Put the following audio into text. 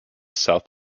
south